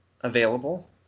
available